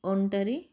ఒంటరి